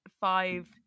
five